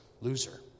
loser